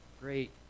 great